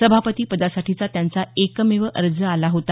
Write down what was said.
सभापती पदासाठी त्यांचा एकमेव अर्ज आला होता